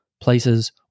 places